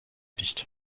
nicht